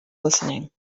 listening